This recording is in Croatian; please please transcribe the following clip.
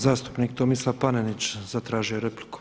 Zastupnik Tomislav Panenić zatražio je repliku.